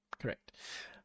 Correct